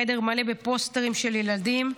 חדר מלא בפוסטרים של ילדים,